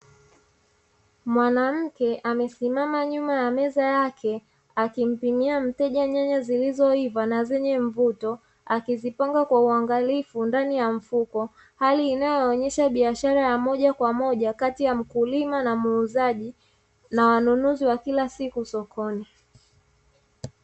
Mwanamke amesimama nyuma ya meza yake akimpimia mteja nyanya zilizoiva hali inayoonyesha mahusiano ya mnunuzi na wateja wakila siku sokoni